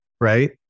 right